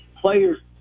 Players